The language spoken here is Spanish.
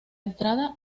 entrada